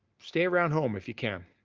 stay around home if you can.